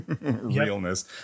realness